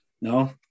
No